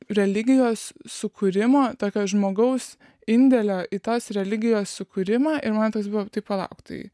religijos sukūrimo tokio žmogaus indėlio į tos religijos sukūrimą ir man tas buvo tai palauk tai